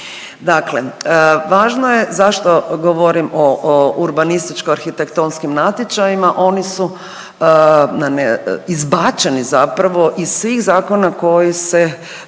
Dakle, važno je zašto govorim o urbanističko-arhitektonskim natječajima oni su izbačeni iz svih zakona koji se